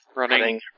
running